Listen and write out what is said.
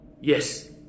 yes